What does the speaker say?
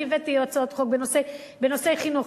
אני הבאתי הצעות חוק בנושאי חינוך.